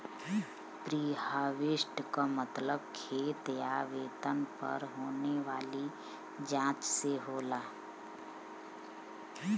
preharvest क मतलब खेत या खेतन पर होने वाली जांच से होला